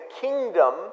kingdom